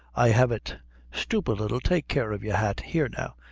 i have it stoop a little take care of your hat here now,